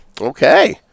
Okay